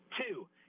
Two